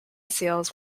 sales